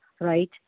right